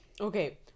Okay